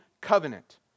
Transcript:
covenant